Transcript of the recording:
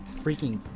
freaking